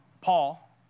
Paul